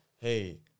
hey